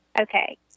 Okay